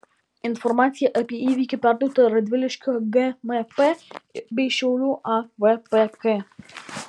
informacija apie įvykį perduota radviliškio gmp bei šiaulių avpk